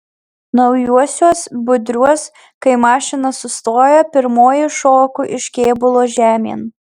naujuosiuos budriuos kai mašina sustoja pirmoji šoku iš kėbulo žemėn